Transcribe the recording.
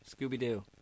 Scooby-Doo